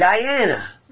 Diana